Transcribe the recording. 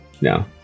No